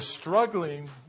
struggling